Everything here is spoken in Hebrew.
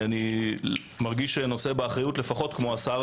אני מרגיש נושא באחריות לפחות כמו השר,